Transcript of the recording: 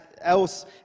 else